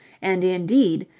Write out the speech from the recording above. and, indeed,